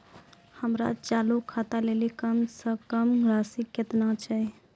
हमरो चालू खाता लेली कम से कम राशि केतना छै?